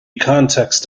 context